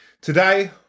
Today